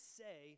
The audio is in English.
say